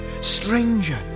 stranger